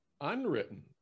Unwritten